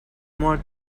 more